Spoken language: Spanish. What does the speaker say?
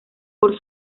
por